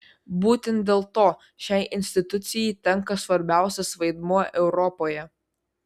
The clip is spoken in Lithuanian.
būtent dėl to šiai institucijai tenka svarbiausias vaidmuo europoje